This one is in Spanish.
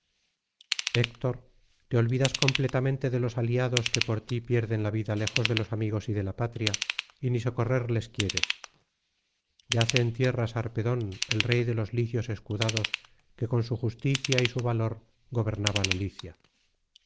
héctor te olvidas completamente de los aliados que por ti pierden la vida lejos de los amigos y de la patria y ni socorrerles quieres yace en tierra sarpedón el rey de los licios escudados que con su justicia y su valor gobernaba la licia